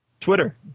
Twitter